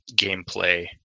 gameplay